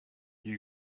you